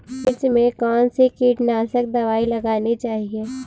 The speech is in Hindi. मिर्च में कौन सी कीटनाशक दबाई लगानी चाहिए?